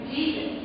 Jesus